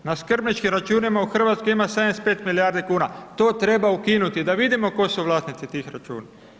Na skrbničkim računima u Hrvatskoj 75 milijardi kuna, to treba ukinuti, da vidimo tko su vlasnici tih računa.